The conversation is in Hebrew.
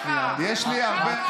של מעליך מעל רגליך כשאתה מדבר נגדו.